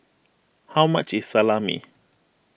how much is Salami